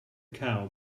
cow